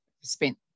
spent